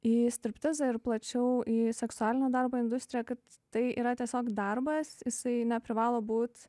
į striptizą ir plačiau į seksualinio darbo industriją kad tai yra tiesiog darbas jisai neprivalo būt